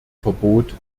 verbot